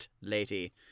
lady